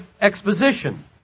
exposition